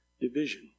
division